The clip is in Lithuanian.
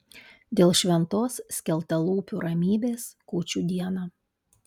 dėl šventos skeltalūpių ramybės kūčių dieną